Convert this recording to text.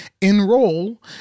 Enroll